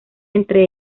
entre